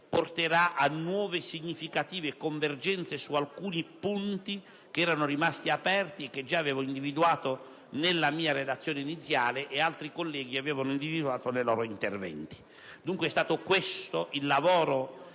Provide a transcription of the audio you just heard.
porterà a nuove e significative convergenze su alcuni punti, che erano rimasti aperti, che avevo già individuato nella mia relazione iniziale e che altri colleghi avevano rilevato nei loro interventi. È stato questo il lavoro